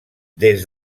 des